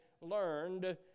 learned